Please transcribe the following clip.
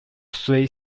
three